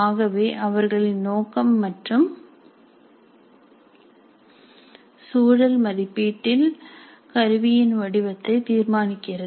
ஆகவே அவர்களின் நோக்கம் மற்றும் சூழல் மதிப்பீட்டில் கருவியின் வடிவத்தை தீர்மானிக்கிறது